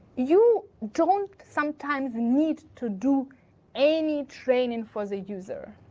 you don't sometimes need to do any training for the user.